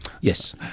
Yes